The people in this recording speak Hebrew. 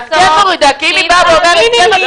את מורידה ממנה אחריות,